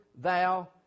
thou